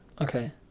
Okay